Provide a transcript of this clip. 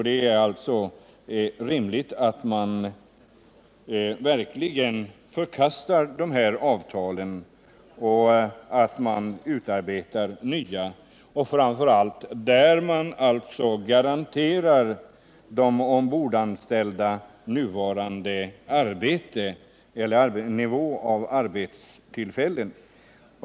Det är alltså rimligt att förkasta avtalen och att man utarbetar nya, där de ombordanställda garanteras nuvarande nivå i fråga om arbetstillfällen.